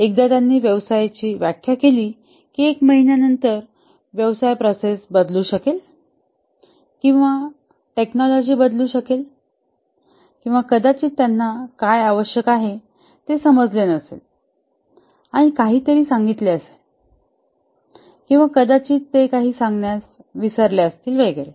एकदा त्यांनी व्यवसायाची व्याख्या केली की एक महिना नंतर व्यवसाय प्रक्रिया बदलू शकेल किंवा तंत्रज्ञान बदलू शकेल किंवा कदाचित त्यांना काय आवश्यक आहे ते समजले नसेल आणि काहीतरी सांगितले असेल किंवा कदाचित ते काही सांगण्यास विसरले असतील वगैरे